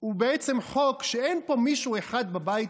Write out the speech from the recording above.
הוא בעצם חוק שאין פה מישהו אחד בבית